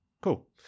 Cool